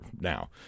now